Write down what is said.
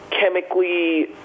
chemically